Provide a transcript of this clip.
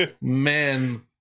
man